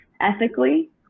ethically